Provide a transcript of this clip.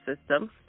system